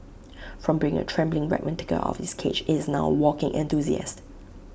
from being A trembling wreck when taken out of its cage IT is now A walking enthusiast